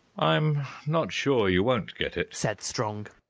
i'm not sure you won't get it, said strong,